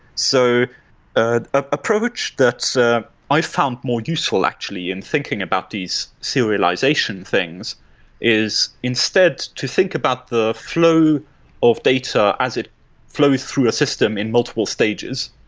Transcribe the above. so ah ah approach that ah i found more useful actually in thinking about these serialization things is instead to think about the flow of data as it flows through a system in multiple stages.